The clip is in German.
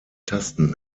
tasten